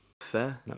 Fair